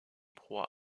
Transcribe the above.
proie